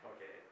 Okay